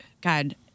God